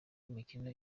imikino